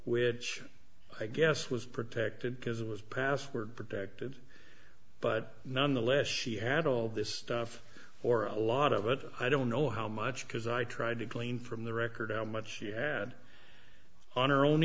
which i guess was protected because it was password protected but nonetheless she had all this stuff or a lot of it i don't know how much because i tried to glean from the record on much she had on her own